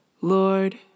Lord